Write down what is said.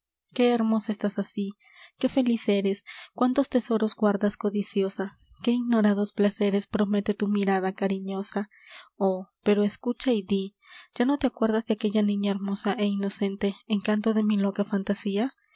qué hermosa estás así qué feliz eres cuántos tesoros guardas codiciosa qué ignorados placeres promete tu mirada cariñosa oh pero escucha y dí ya no te acuerdas de aquella niña hermosa é inocente encanto de mi loca fantasía